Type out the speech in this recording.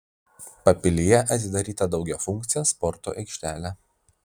papilyje atidaryta daugiafunkcė sporto aikštelė